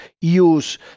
use